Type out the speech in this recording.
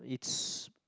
it's